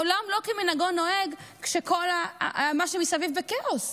העולם לא נוהג כמנהגו כשכל מה שמסביב בכאוס.